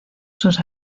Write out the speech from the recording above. sus